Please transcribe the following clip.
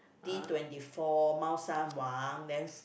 D-twenty-four Mao-Shan-Wang then